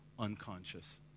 Unconscious